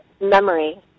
memory